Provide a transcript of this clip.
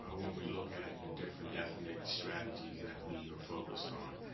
ah when we look at the different ethnic strategies that we are focused on.